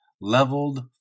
leveled